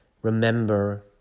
Remember